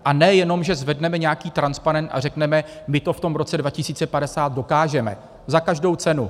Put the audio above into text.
A ne jenom že zvedneme nějaký transparent a řekneme: my to v roce 2050 dokážeme za každou cenu.